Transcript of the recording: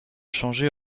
changer